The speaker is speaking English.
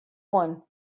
one